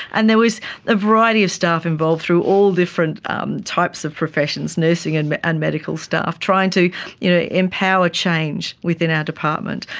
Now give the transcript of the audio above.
and there was a variety of staff involved through all different um types of professions, nursing and but and medical staff, trying to you know empower change within our department.